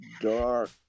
dark